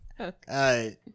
Okay